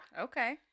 okay